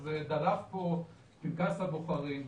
אז דלף פה פנקס הבוחרים.